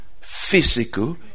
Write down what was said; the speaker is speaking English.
physical